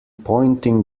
pointing